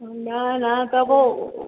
न न त पोइ